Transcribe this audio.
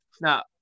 now